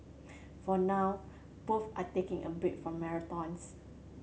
for now both are taking a break from marathons